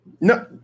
No